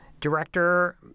director